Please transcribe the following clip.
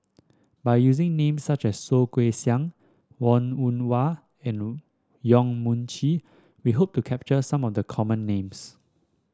by using names such as Soh Kay Siang Wong Yoon Wah and Yong Mun Chee we hope to capture some of the common names